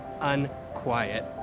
unquiet